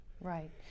Right